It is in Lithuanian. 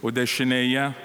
o dešinėje